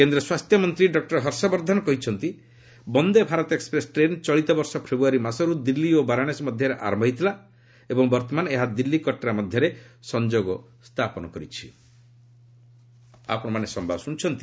କେନ୍ଦ୍ର ସ୍ୱାସ୍ଥ୍ୟମନ୍ତ୍ରୀ ଡକ୍ଟର ହର୍ଷବର୍ଦ୍ଧନ କହିଛନ୍ତି ବନ୍ଦେ ଭାରତ ଏକ୍ଟ୍ରେସ୍ ଟ୍ରେନ୍ ଚଳିତ ବର୍ଷ ଫେବୃୟାରୀ ମାସରୁ ଦିଲ୍ଲୀ ଓ ବାରାଣସୀ ମଧ୍ୟରେ ଆରମ୍ଭ ହୋଇଥିଲା ଏବଂ ବର୍ତ୍ତମାନ ଦିଲ୍ଲୀ କଟ୍ରା ମଧ୍ୟରେ ଏହି ଟ୍ରେନ୍ ସଂଯୋଗ ସମ୍ପର୍ଶ୍ଣ ହୋଇଛି